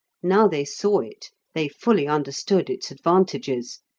now they saw it they fully understood its advantages,